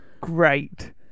great